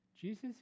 Jesus